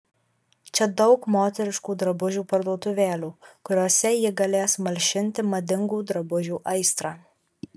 čia daug moteriškų drabužių parduotuvėlių kuriose ji galės malšinti madingų drabužių aistrą